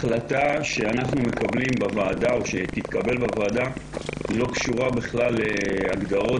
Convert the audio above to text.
ההחלטה שתתקבל בוועדה לא קשורה בכלל להגדרות